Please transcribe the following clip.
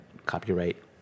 copyright